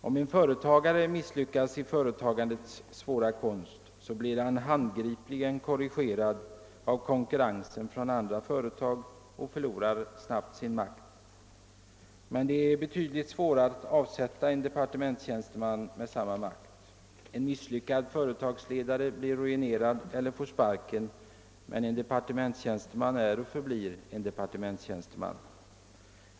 Om en företagare misslyckas i företagandets svåra konst blir han handgripligen korrigerad av konkurrensen från andra företag och förlorar snabbt sin makt. Men det är betydligt svårare att avsätta en departementstjänsteman med samma makt. En misslyckad företagsledare blir ruinerad eller får sparken, men en departementstjänsteman är och förblir en departementstjänsteman.